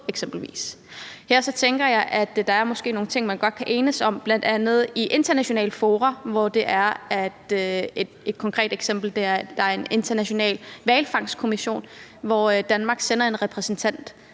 Så tænker jeg, at der måske er nogle ting, man godt kan enes om, bl.a. i internationale fora. Et konkret eksempel er, at der er en international hvalfangstkommission, hvor Danmark sender en repræsentant